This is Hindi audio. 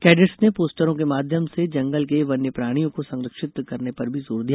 कैडेट्स ने पोस्टरों के माध्यम से जंगल के वन्यप्राणियों को संरक्षित करने पर भी जोर दिया